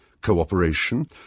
cooperation